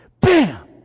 bam